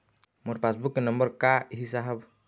मोर पास बुक के नंबर का ही साहब?